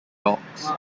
orcs